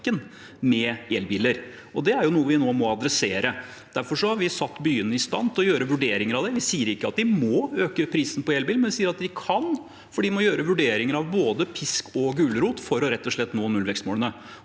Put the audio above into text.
med elbiler. Det er noe vi nå må adressere. Derfor har vi satt byene i stand til å gjøre vurderinger av det. Vi sier ikke at de må øke prisen på elbil, men vi sier at de kan, for de må gjøre vurderinger av både pisk og gulrot for rett og slett å nå